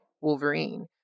Wolverine